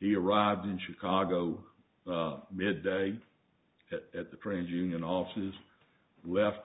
he arrived in chicago midday at the trains union offices left